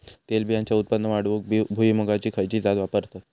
तेलबियांचा उत्पन्न वाढवूक भुईमूगाची खयची जात वापरतत?